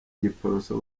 giporoso